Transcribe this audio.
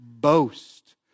boast